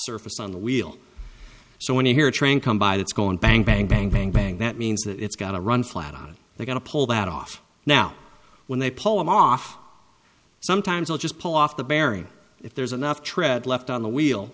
surface on the wheel so when you hear a train come by that's going bang bang bang bang bang that means that it's got to run flat on the going to pull that off now when they pull him off sometimes i'll just pull off the bearing if there's enough tread left on the wheel